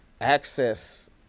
access